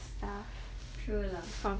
true lah